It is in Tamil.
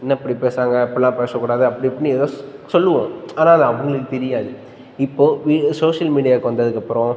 என்ன இப்படி பேசுறாங்க அப்படில்லாம் பேசக் கூடாது அப்படி இப்படின்னு ஏதோ ஸ் சொல்வோம் ஆனால் அது அவங்களுக்குத் தெரியாது இப்போது வீ சோஷியல் மீடியாவுக்கு வந்ததுக்கப்புறம்